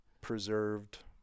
preserved